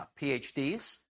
PhDs